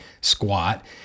squat